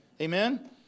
Amen